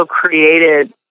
created